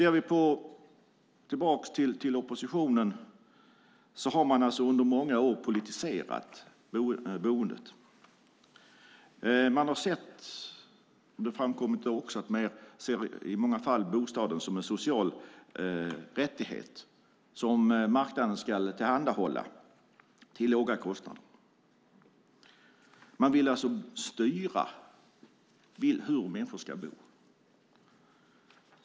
Oppositionen har under många år politiserat boendet. Man har sett - det har framkommit i många fall - boendet som en social rättighet som marknaden ska tillhandahålla till låga kostnader. Man vill alltså styra hur människor ska bo.